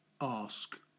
ask